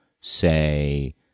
say